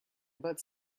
about